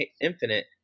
Infinite